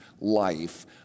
life